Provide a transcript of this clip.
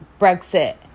Brexit